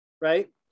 right